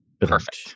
perfect